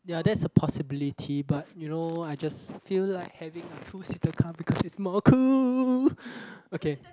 ya that's a possibility but you know I just feel like having a two seater car because it's more cool okay